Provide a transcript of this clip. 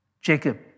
Jacob